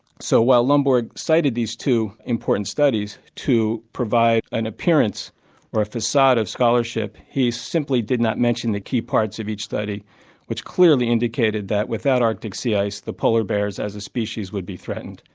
so while lomborg cited these two important studies to provide an appearance or a facade of scholarship, he simply did not mention the key parts of each study which clearly indicated that without arctic sea ice the polar bears as a species would be threatened.